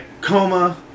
coma